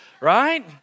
right